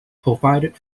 provided